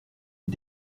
les